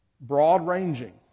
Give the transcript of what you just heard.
broad-ranging